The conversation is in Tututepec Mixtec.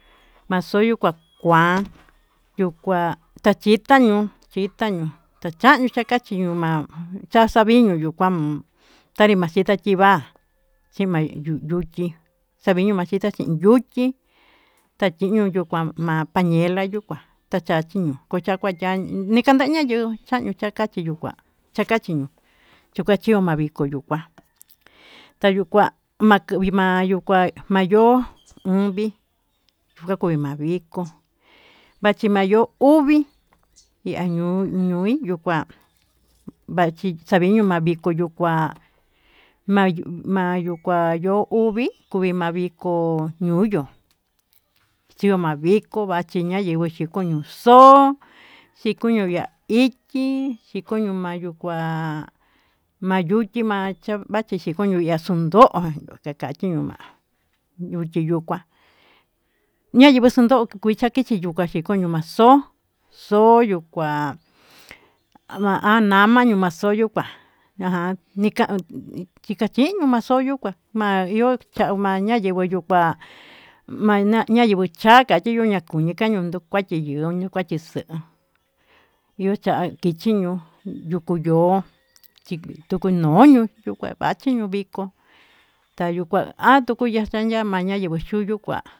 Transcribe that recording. Maxoyu kua kua yuu kua tachí chitaño, chitaño tachanuu kachiñuu ma'a taxaviño yuu kuan tanri maxita chiva'a chimayu yuchí, xavino manchita xin ñuchí tachinuu yuu kuan pañela yuu kua tachachi ño'o tuya kuanya nika'á tañañuu tachakachí yuu, kua takachi nuu tukachioma naviko yuu kuá tayuu kua ma'a yuu kuá mayo'o onvii kué key ma'a vikó maci mayo'o uvii yii año'o ñoi yuu kuá machi chaviño va'a viko yuu kuá ma'yu kua yuu uvii ma'a vikó ñuu yo'ó chio ma'a viko mayivii mayuxo'ó, xikunu ya'a ichí chikono ya'á yuu kuá mayuchi maxayu yuu kua maxon ndo'ó kachi nuu ma'a, yuchí yuu kuá ñayii maxanko yuu yaxhi mayuu kuá chí koño ma'a xó'o xó'o yuu kuá amanama maxoyuu kuá, ña'a ñikain chiakchiño maxoyuu kuá ma'a yiu ma'a chenguó yuu kuá na'a machinguu chaka kachiñoña kachiko'o makun, nduu kuchi ño'on yuu kuachí xiin yuu cha'a kichí ñon yukuu yo'o chí tiki ñono'o kue vachí nuu vikó, ta yuu kua achin ñuvikó tayu kua atuu kuya xanya'a ñaya machuyu chuyu kuá.